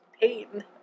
pain